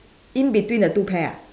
in between the two pair ah